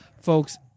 folks